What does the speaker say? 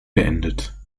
beendet